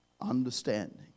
understanding